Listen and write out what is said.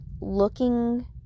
looking